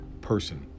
person